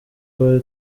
twari